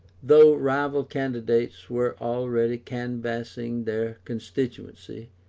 though rival candidates were already canvassing their constituency,